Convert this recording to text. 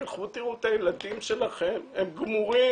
תלכו תראו את הילדים שלכם, הם גמורים.